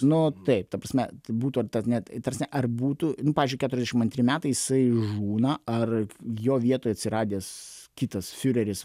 nu taip ta prasme būtų ar net ta prasme ar būtų pavyzdžiui keturiasdešim antri metai jisai žūna ar jo vietoj atsiradęs kitas fiureris